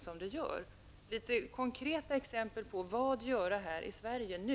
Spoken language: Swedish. Jag vill ha litet konkreta exempel på vad vi kan göra här i Sverige nu.